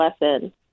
lesson